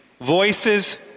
Voices